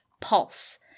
pulse